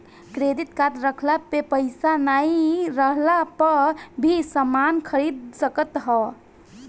credit card रखला पे पईसा नाइ रहला पअ भी समान खरीद सकत हवअ